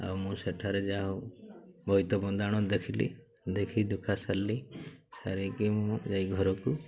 ଆଉ ମୁଁ ସେଠାରେ ଯାହା ହଉ ବୋଇତ ବନ୍ଦାଣ ଦେଖିଲି ଦେଖି ଦୁଖା ସାରିଲି ସାରିକି ମୁଁ ଯାଇ ଘରକୁ